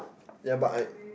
yea but I